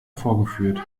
vorgeführt